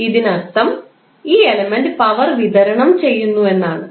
ഇതിനർത്ഥം ഈ element power വിതരണം ചെയ്യുന്നു എന്നാണ്